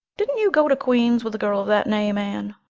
didn't you go to queen's with a girl of that name, anne?